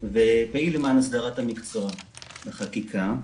ופעיל למען הסדרה המקצוע בחקיקה.